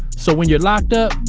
so when you're locked up,